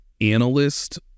analyst